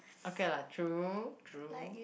okay lah true true